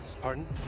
Pardon